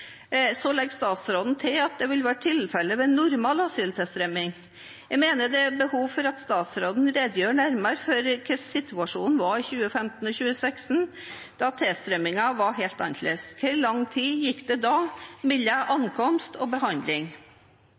Så legger statsråden til at dette vil være tilfellet ved normal asylsøkertilstrømming. Jeg mener det er behov for at statsråden redegjør nærmere for om hva som var situasjonen i 2015 og 2016, da tilstrømmingen var helt annerledes. Hvor lang tid gikk det da mellom ankomst og behandling?